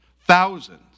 thousands